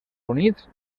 units